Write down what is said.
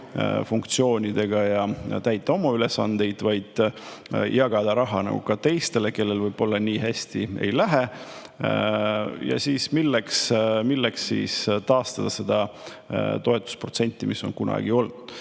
funktsioonidega ja täita oma ülesandeid, vaid jagada raha ka teistele, kellel võib-olla nii hästi ei lähe. Milleks siis taastada seda toetusprotsenti, mis on kunagi olnud.